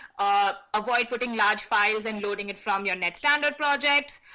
ah avoid putting large files and loading it from your net standard projects,